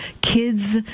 kids